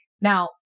Now